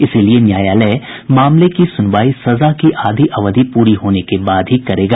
इसीलिए न्यायालय मामले की सुनवाई सजा की आधी अवधि पूरी होने के बाद ही करेगा